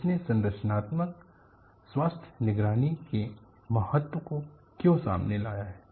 इसने संरचनात्मक स्वास्थ्य निगरानी के महत्व को क्यों सामने लाया है